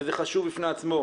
וזה חשוב בפני עצמו,